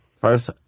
First